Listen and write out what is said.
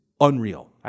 unreal